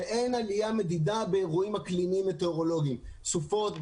שאין עלייה מדידה באירועים אקלימיים מטאורולוגיים כגון סופות,